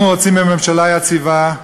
אנחנו רוצים ממשלה יציבה,